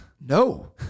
No